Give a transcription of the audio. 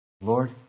Lord